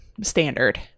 standard